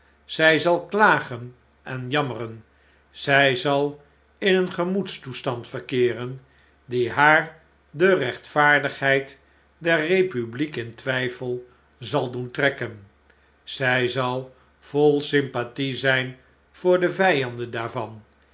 zij zal klagen en jammeren zij zal in een gemoedstoestand verkeeren die haar de rechtvaardigheid derrepubliek intwijfel zal doen trekken zjj zal vol sympathie zijn voor de vjjanden daarvan